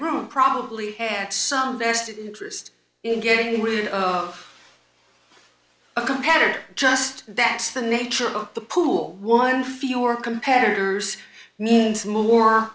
room probably had some vested interest in getting rid of a competitor just that's the nature of the pool one fewer compares means more